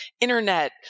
internet